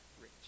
rich